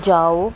ਜਾਓ